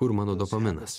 kur mano dopaminas